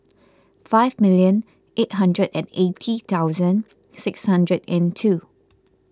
five million eight hundred and eighty thousand six hundred and two